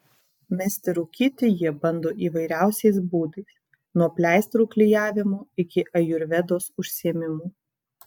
mesti rūkyti jie bando įvairiausiais būdais nuo pleistrų klijavimo iki ajurvedos užsiėmimų